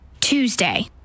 Tuesday